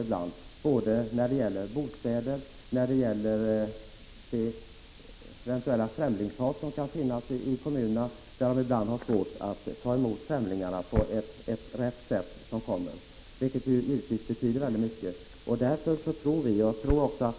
Det gäller både beträffande bostadsfrågan och med tanke på det främlingshat som kan uppstå i kommunerna, där man ibland har svårt att ta emot invandrarna på rätt sätt. Det senare är en mycket viktigt synpunkt.